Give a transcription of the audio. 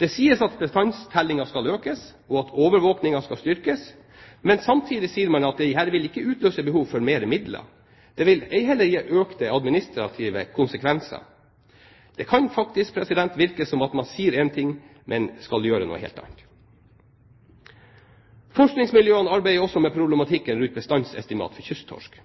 Det sies at bestandstellingen skal økes, og at overvåkingen skal styrkes, men samtidig sier man at dette ikke vil utløse behov for mer midler, ei heller gi økte administrative konsekvenser. Det kan faktisk virke som om man sier én ting, men skal gjøre noe helt annet. Forskningsmiljøene arbeider også med problematikken rundt bestandsestimat for kysttorsk.